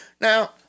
Now